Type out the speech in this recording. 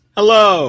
Hello